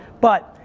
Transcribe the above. but,